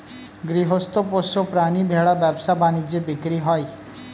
গৃহস্থ পোষ্য প্রাণী ভেড়া ব্যবসা বাণিজ্যে বিক্রি হয়